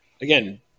again